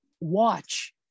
watch